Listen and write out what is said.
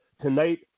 Tonight